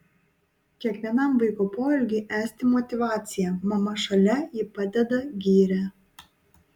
kiekvienam vaiko poelgiui esti motyvacija mama šalia ji padeda giria